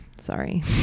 Sorry